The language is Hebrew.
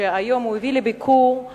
שהביא לביקור את